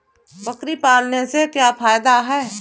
बकरी पालने से क्या फायदा है?